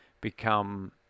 become